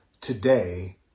today